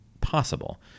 possible